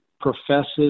professes